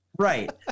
Right